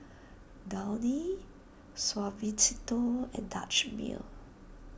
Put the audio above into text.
Downy Suavecito and Dutch Mill